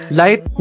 light